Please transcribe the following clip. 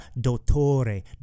dottore